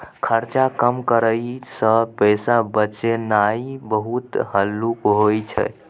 खर्चा कम करइ सँ पैसा बचेनाइ बहुत हल्लुक होइ छै